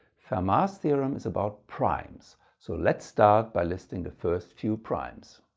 fermat's theorem is about primes so let's start by listing the first few primes.